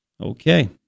Okay